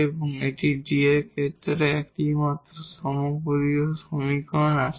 কারণ এটি D এর ক্ষেত্রে আমাদের এক ধরনের বহুপদী সমীকরণ আছে